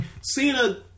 Cena